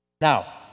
Now